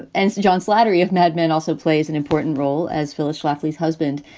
and john slattery of mad men also plays an important role as phyllis schlafly's husband.